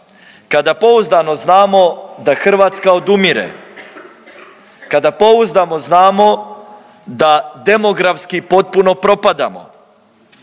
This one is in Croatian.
kada pouzdano znamo da Hrvatska odumire, kada pouzdano znamo da demografski potpuno propadamo